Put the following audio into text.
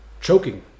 choking